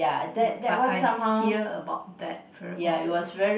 but I hear about that very often